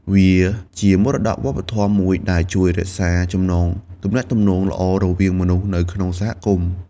វាជាមរតកវប្បធម៌មួយដែលជួយរក្សាចំណងទំនាក់ទំនងល្អរវាងមនុស្សនៅក្នុងសហគមន៍។